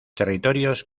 territorios